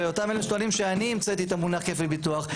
לאותם אלה שטוענים שאני המצאתי את המונח כפל ביטוח.